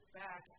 back